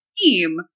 team